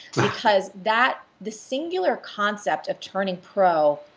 because that. the singular concept of turning pro,